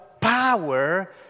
power